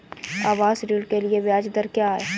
आवास ऋण के लिए ब्याज दर क्या हैं?